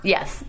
Yes